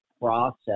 process